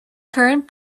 current